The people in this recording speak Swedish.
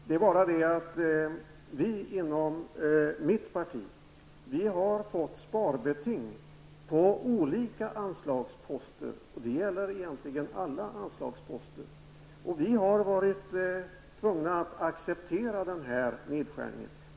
Det är bara det att vi inom mitt parti har fått sparbeting på olika anslagsposter -- det gäller egentligen alla anslagsposter -- och vi har varit tvungna att acceptera denna nedskärning.